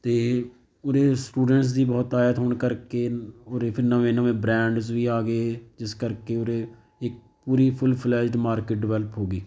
ਅਤੇ ਉਰੇ ਸਟੂਡੈਂਟਸ ਦੀ ਬਹੁਤ ਤਾਇਤ ਹੋਣ ਕਰਕੇ ਉਰੇ ਫਿਰ ਨਵੇਂ ਨਵੇਂ ਬ੍ਰੈਂਡਸ ਵੀ ਆ ਗਏ ਜਿਸ ਕਰਕੇ ਉਰੇ ਇੱਕ ਪੂਰੀ ਫੁੱਲ ਫਲੈਜਡ ਮਾਰਕਿਟ ਡਿਵੈਲਪ ਹੋ ਗਈ